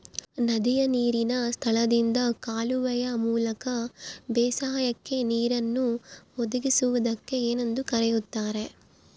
ನದಿಯ ನೇರಿನ ಸ್ಥಳದಿಂದ ಕಾಲುವೆಯ ಮೂಲಕ ಬೇಸಾಯಕ್ಕೆ ನೇರನ್ನು ಒದಗಿಸುವುದಕ್ಕೆ ಏನೆಂದು ಕರೆಯುತ್ತಾರೆ?